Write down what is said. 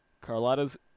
Carlotta's